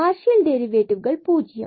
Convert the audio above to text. partial டெரிவேடிவ்கள் 0